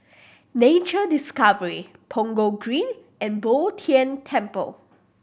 Nature Discovery Punggol Green and Bo Tien Temple